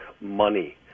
money